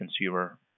consumer